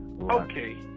Okay